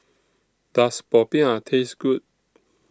Does Popiah Taste Good